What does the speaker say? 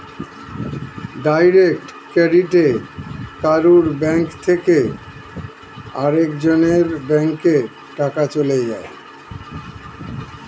direct ক্রেডিটে কারুর bank থেকে আরেক জনের ব্যাংকে টাকা চলে যায়